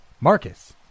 Marcus